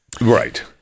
Right